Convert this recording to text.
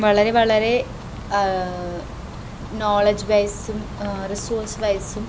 വളരെ വളരെ നോളജ് വൈസ്സും റിസോഴ്സ് വൈസ്സും